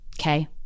okay